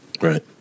Right